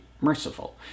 merciful